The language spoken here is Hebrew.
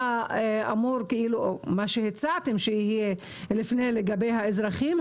מה שהצעתם שיהיה לפני לגבי האזרחים,